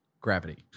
gravity